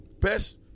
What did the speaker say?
best